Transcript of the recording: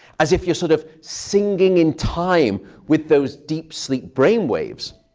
as if you're sort of singing in time with those deep sleep brain waves,